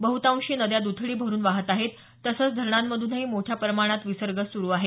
बहुतांशी नद्या द्रथडी भरुन वाहत आहेत तसंच धरणांमधूनही मोठ्या प्रमाणात विसर्ग सुरु आहे